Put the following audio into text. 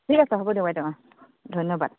ঠিক আছে হ'ব দিয়ক বাইদেউ অঁ ধন্যবাদ